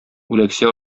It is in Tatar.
үләксә